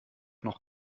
noch